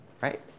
right